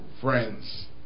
Friends